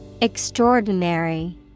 Extraordinary